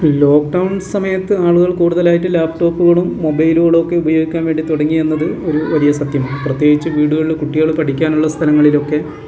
lockdown സമയത്ത് ആളുകൾ കൂടുതലായിട്ട് ലാപ്ടോപ്പുകളും മൊബൈലുകളും ഒക്കെ ഉപയോഗിക്കാൻ വേണ്ടി തുടങ്ങിയ എന്നത് ഒരു വലിയ സത്യമാണ് പ്രത്യേകിച്ച് വീടുകളിൽ കുട്ടികൾ പഠിക്കാനുള്ള സ്ഥലങ്ങളിലൊക്കെ